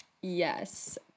Yes